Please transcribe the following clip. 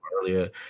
earlier